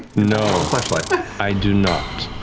no, i do not.